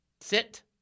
Sit